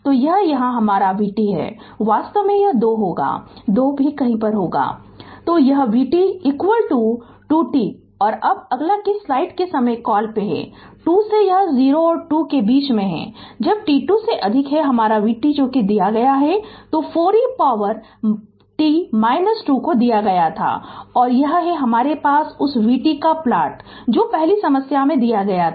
तो यहाँ यह हमारा vt है वास्तव में यह 2 होगा 2 कहीं होगा RefeR slide Time 0350 तो यह vt 2 t है और अब अगला किस स्लाइड के समय कॉल पे तथा 2 से यह 0 और 2 के बीच में है और जब t 2 से अधिक है हमारा vt दिया गया था तो 4 e पावर - t 2 को दिया गया था और यह है हमारे पास उस vt का प्लॉट जो पहली समस्या में दिया गया है